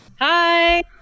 hi